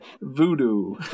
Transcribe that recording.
Voodoo